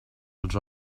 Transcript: als